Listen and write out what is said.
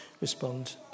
respond